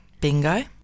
Bingo